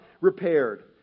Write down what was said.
repaired